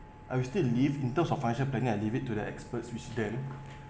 I will still leave in terms of functional planning I leave it to the experts which them